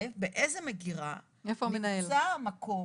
באיזה מגירה נמצא המקום